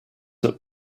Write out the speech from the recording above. that